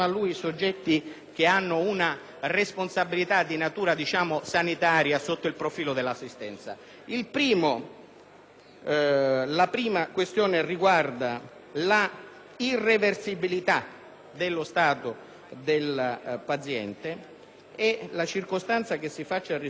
che hanno la responsabilità di natura sanitaria sotto il profilo dell'assistenza dovevano attenersi. La prima questione riguarda l'irreversibilità dello stato del paziente, e la circostanza che si faccia riferimento